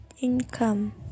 income